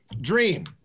dream